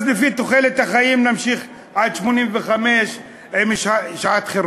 אז לפי תוחלת החיים, נמשיך עד 85 עם שעת-חירום.